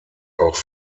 auch